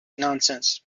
nonsense